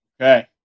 Okay